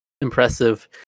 impressive